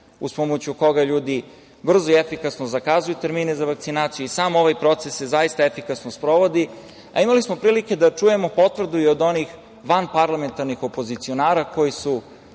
uz pomoć kog ljudi brzo i efikasno zakazuju termine za vakcinaciju i sam ovaj proces se zaista efikasno sprovodi, a imali smo prilike da čujemo i potvrdu od onih vanparlamentarnih opozicionara koji su